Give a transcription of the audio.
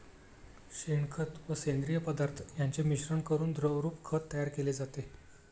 शेणखत व सेंद्रिय पदार्थ यांचे मिश्रण करून द्रवरूप खत तयार केले जाते